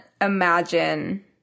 imagine